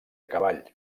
cavall